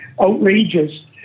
outrageous